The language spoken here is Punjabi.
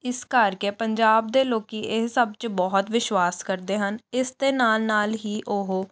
ਇਸ ਕਰਕੇ ਪੰਜਾਬ ਦੇ ਲੋਕ ਇਹ ਸਭ 'ਚ ਬਹੁਤ ਵਿਸ਼ਵਾਸ ਕਰਦੇ ਹਨ ਇਸ ਦੇ ਨਾਲ ਨਾਲ ਹੀ ਉਹ